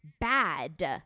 bad